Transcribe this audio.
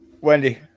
Wendy